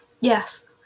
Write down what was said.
yes